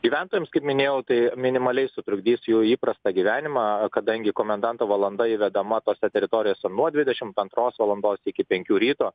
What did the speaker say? gyventojams kaip minėjau tai minimaliai sutrukdys jų įprastą gyvenimą kadangi komendanto valanda įvedama tose teritorijose nuo dvidešimt antros valandos iki penkių ryto